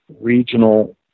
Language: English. regional